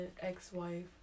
ex-wife